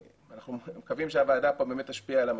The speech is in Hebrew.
אנחנו מקווים שהוועדה פה באמת תשפיע על המצב.